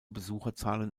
besucherzahlen